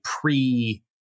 pre